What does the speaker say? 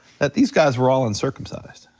that these guys were all uncircumcised.